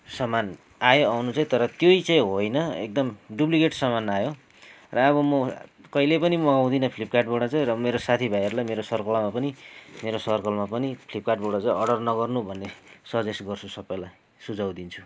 सामान आयो आउनु चाहिँ तर त्यही चाहिँ होइन एकदम डुप्लिकेट सामान आयो र अब म कहिल्यै पनि मगाउँदिनँ फ्लिपकार्टबाट चाहिँ र मेरो साथीभाइहरूलाई मेरो सर्कलमा पनि मेरो सर्कलमा पनि फ्लिपकार्टबाट चाहिँ अर्डर नगर्नु भन्ने सजेस्ट गर्छु सबैलाई सुझाउ दिन्छु